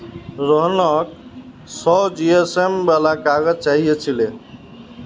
रोहनक सौ जीएसएम वाला काग़ज़ चाहिए छिले